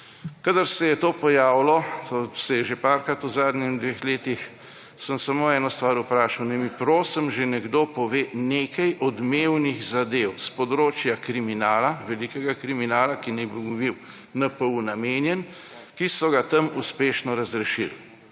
Kadar se je to pojavilo, to se je že parkrat v zadnjih dveh letih, sem samo eno stvar vprašal, naj mi, prosim, že nekdo pove nekaj odmevnih zadev s področja kriminala, velikega kriminala, ki naj bi mu bil NPU namenjen, ki so ga tam uspešno razrešili.